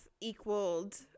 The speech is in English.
equaled